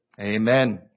Amen